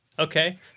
okay